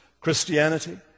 Christianity